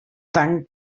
tant